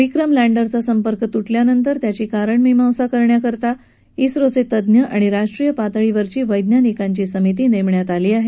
विक्रम लँडरचा संपर्क तुटल्यानंतर त्याची कारणमीमांसा करण्याकरता झोचे तज्ञ आणि राष्ट्रीय पातळीवरची वैज्ञानिकांची समिती नेमण्यात आली आहे